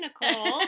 Nicole